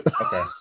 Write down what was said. okay